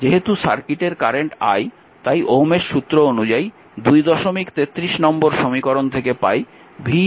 যেহেতু সার্কিটের current i তাই ওহমের সূত্র অনুযায়ী 233 নম্বর সমীকরণ থেকে পাই v i Req